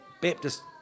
Baptist